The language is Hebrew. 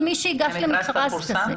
המכרז כבר פורסם?